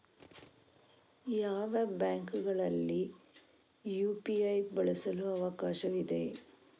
ಯಾವ ಬ್ಯಾಂಕುಗಳಲ್ಲಿ ಯು.ಪಿ.ಐ ಬಳಸಲು ಅವಕಾಶವಿದೆ?